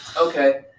Okay